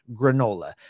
granola